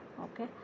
okay